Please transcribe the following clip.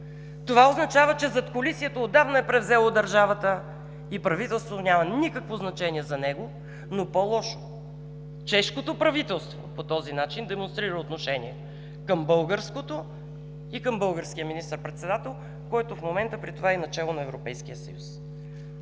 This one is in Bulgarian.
това означава, че задкулисието отдавна е превзело държавата и правителството няма никакво значение за него. По-лошо е, че чешкото правителството по този начин демонстрира отношение към българското и към българския министър-председател, който в момента е и начело на Европейския съюз.